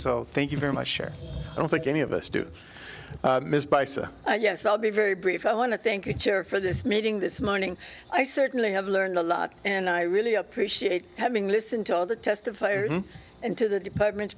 so thank you very much sure i don't think any of us do miss by so yes i'll be very brief i want to thank you chair for this meeting this morning i certainly have learned a lot and i really appreciate having listened to all the test of players into the departments